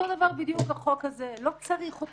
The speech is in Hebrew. אותו דבר בדיוק החוק הזה לא צריך אותו,